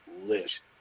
list